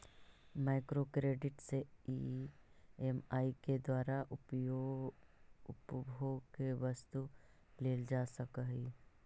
micro credit से EMI के द्वारा उपभोग के वस्तु लेल जा सकऽ हई